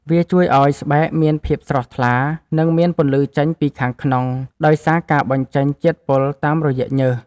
វាជួយឱ្យស្បែកមានភាពស្រស់ថ្លា និងមានពន្លឺចេញពីខាងក្នុង ដោយសារការបញ្ចេញជាតិពុលតាមរយៈញើស។